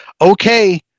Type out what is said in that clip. okay